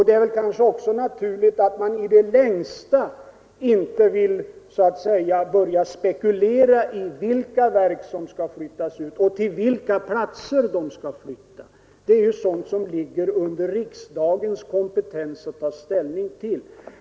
Det är väl också naturligt att man i det längsta vill undvika att spekulera i vilka verk som skall flyttas ut och till vilka platser de skall flyttas. Det är sådant som det exklusivt tillhör riksdagens kompetens att ta ställning till.